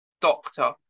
Doctor